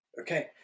Okay